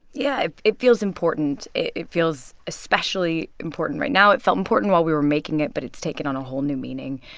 yeah, it it feels important. it feels especially important right now. it felt important while we were making it, but it's taken on a whole new meaning.